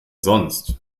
sonst